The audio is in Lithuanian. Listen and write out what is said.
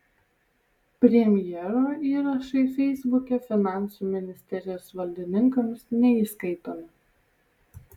premjero įrašai feisbuke finansų ministerijos valdininkams neįskaitomi